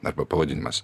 arba pavadinimas